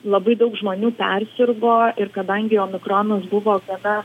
labai daug žmonių persirgo ir kadangi omikronas buvo gana